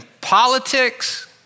politics